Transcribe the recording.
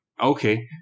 Okay